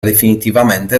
definitivamente